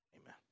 amen